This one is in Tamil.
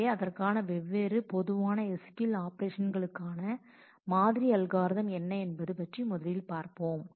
எனவே அதற்கான வெவ்வேறு பொதுவான SQL ஆப்பரேஷன்களுக்கான மாதிரி அல்காரிதம் என்ன என்பது பற்றி முதலில் பார்ப்போம்